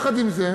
2 3. יחד עם זה,